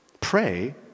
Pray